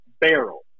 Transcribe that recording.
barrel